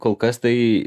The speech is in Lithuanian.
kol kas tai